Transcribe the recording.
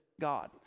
God